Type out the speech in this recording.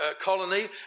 colony